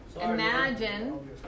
imagine